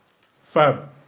Fab